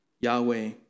Yahweh